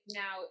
now